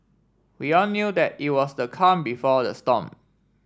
we all knew that it was the calm before the storm